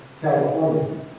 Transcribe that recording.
California